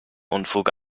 unfug